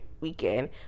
weekend